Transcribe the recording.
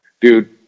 dude